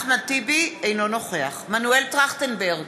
אינו נוכח מנואל טרכטנברג,